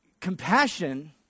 Compassion